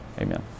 amen